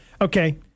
Okay